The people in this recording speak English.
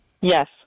Yes